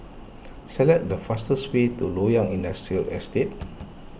select the fastest way to Loyang Industrial Estate